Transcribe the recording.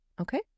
okay